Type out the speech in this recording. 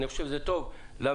אני חושב שזה טוב למסעדנים,